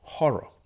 Horror